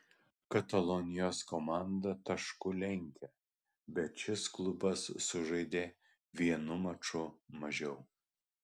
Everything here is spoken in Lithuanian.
katalonijos komanda tašku lenkia bet šis klubas sužaidė vienu maču mažiau